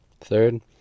Third